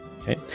Okay